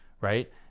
right